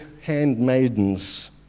handmaidens